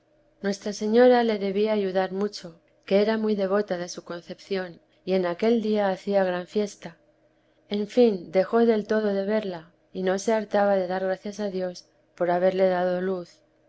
nuestra señora le debía ayudar mucho que era muy devota de su concepción y en aquel día hacía gran fiesta en fin dejó del todo de verla y no se hartaba de dar gracias a dios por haberle dado luz